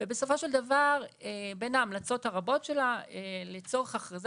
ובסופו של דבר בין ההמלצות הרבות שלה לצורך אכרזה